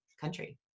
country